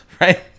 right